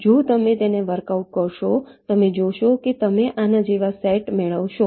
જો તમે તેને વર્કઆઉટ કરશો તમે જોશો કે તમે આના જેવા સેટ મેળવશો